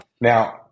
now